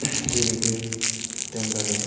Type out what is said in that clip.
जेरैबो एकदमबारे